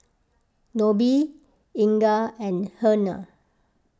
Nobie Inga and Hernan